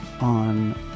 on